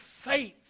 faith